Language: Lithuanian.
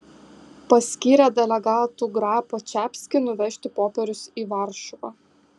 paskyrė delegatu grapą čapskį nuvežti popierius į varšuvą